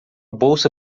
bolsa